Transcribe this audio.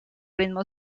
ritmo